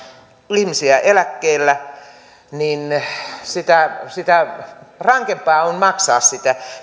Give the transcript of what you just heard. ihmisiä eläkkeellä sitä sitä rankempaa on maksaa sitä